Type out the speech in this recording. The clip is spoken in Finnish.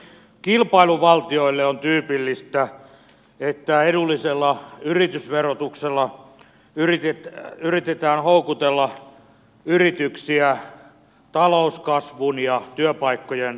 kilpailuvaltioille on tyypillistä että edullisella yritysverotuksella yritetään houkutella yrityksiä talouskasvun ja työpaikkojen toivossa